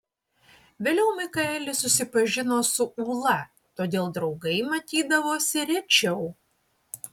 vėliau mikaelis susipažino su ūla todėl draugai matydavosi rečiau